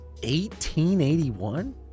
1881